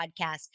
podcast